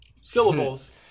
syllables